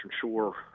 Shore